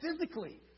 Physically